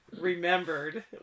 remembered